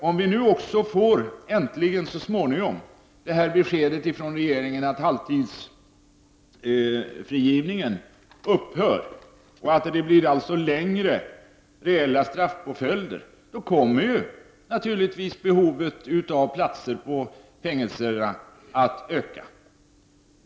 Om vi äntligen så småningom får beskedet från regeringen att halvtidsfrigivningen upphör och det alltså blir längre reella straffpåföljder, kommer naturligtvis behovet av platser på fängelserna att öka.